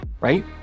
right